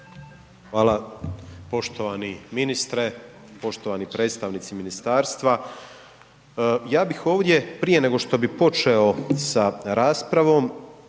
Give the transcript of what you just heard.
Hvala. Poštovani ministre, poštovani predstavnici ministarstva. Ja bih ovdje prije nego što bih počeo sa raspravom